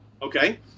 Okay